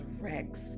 Rex